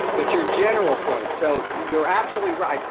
but your general point. so you're absolutely right.